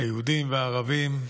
היהודים והערבים.